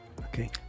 okay